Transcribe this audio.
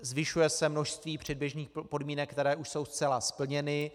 Zvyšuje se množství předběžných podmínek, které už jsou zcela splněny.